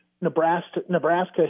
Nebraska